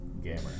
Gamer